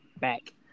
back